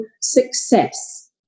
success